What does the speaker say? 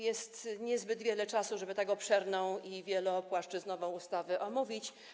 Jest niezbyt wiele czasu, żeby tak obszerną i wielopłaszczyznową ustawę omówić.